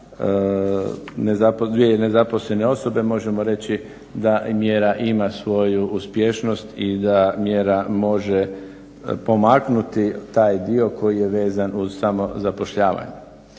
dvije nezaposlene osobe možemo reći da mjera ima svoju uspješnost i da mjera može pomaknuti taj dio koji je vezan uz samozapošljavanje.